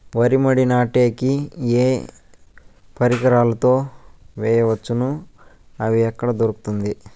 వరి మడి నాటే కి ఏ పరికరాలు తో వేయవచ్చును అవి ఎక్కడ దొరుకుతుంది?